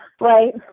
Right